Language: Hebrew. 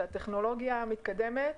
שהטכנולוגיה מתקדמת,